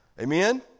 Amen